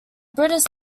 british